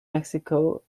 mexico